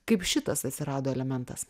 kaip šitas atsirado elementas